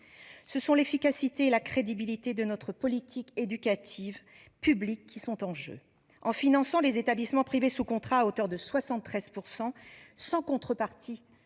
ce sont l'efficacité et la crédibilité de notre politique éducative publics qui sont en jeu, en finançant les établissements privés sous contrat à hauteur de 73%, sans contrepartie